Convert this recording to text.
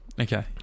okay